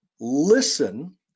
listen